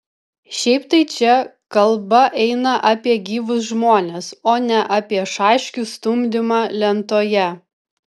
šiaip tai čia kalba eina apie gyvus žmones o ne apie šaškių stumdymą lentoje